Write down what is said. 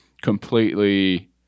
completely